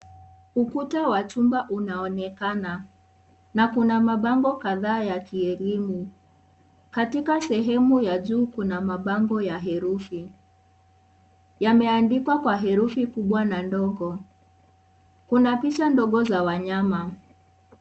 Ukuta wa chumba unaonekana na kuna mabango kadhaa ya kielimu. Katika sehemu ya juu kuna mabango ya herufi yameandikwa kwa herufi kubwa na ndogo. Kuna picha ndogo za wanyama.